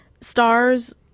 stars